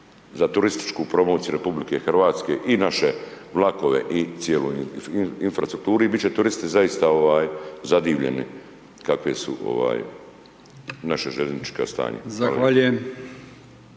za turističku promociju RH i naše vlakove i cijelu infrastrukturu i bit će turisti zaista zadivljeni kakve su naša željeznička stanja.